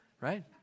right